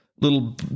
little